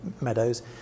meadows